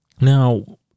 Now